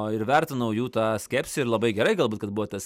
o ir vertinau jų tą skepsį ir labai gerai galbūt kad buvo tas